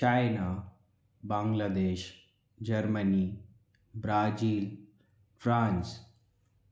China Bangladesh Germany Brazil France